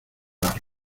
las